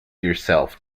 yourself